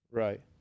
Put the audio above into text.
right